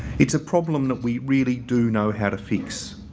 it's a problem that we really do know how to fix.